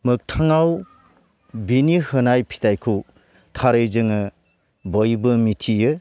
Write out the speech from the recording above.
मोखथाङाव बिनि होनाय फिथाइखौ थारैजोङो बयबो मिथियो